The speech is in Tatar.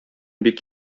бик